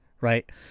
right